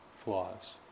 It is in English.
flaws